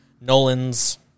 nolan's